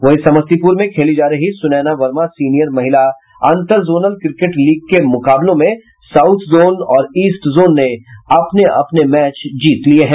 वहीं समस्तीपुर में खेले जा रहे सुनैना वर्मा सीनियर महिला अंतर जोनल क्रिकेट लीग के मुकाबलों में साउथ जोन और ईस्ट जोन ने अपने अपने मैच जीत लिये हैं